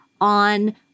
on